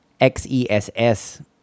XESS